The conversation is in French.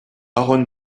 aaron